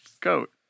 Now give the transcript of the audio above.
goat